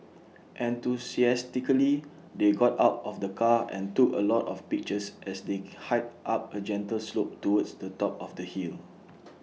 enthusiastically they got out of the car and took A lot of pictures as they hiked up A gentle slope towards the top of the hill